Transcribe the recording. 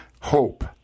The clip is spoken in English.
hope